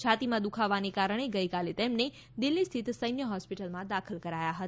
છાતીમાં દુઃખાવાને કારણે ગઇકાલે તમને દિલ્હી સ્થિત સૈન્ય હોસ્પિટલમાં દાખલ કરાયા હતા